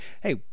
hey